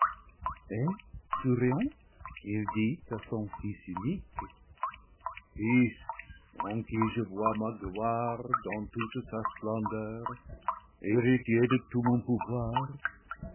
souriant il dit à son fils unique fils en qui je vois ma gloire dans toute sa splendeur héritier de tout mon pouvoir